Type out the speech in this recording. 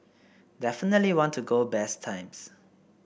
definitely want to go best times